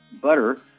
butter